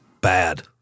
Bad